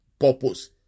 Purpose